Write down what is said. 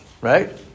right